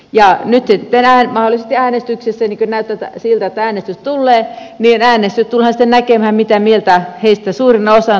nyt mahdollisesti äänestyksissä niin kuin näyttää siltä että äänestys tulee tullaan sitten näkemään mitä mieltä heistä suurin osa on tästä asiasta